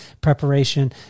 preparation